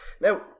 Now